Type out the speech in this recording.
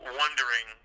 wondering